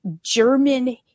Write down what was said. German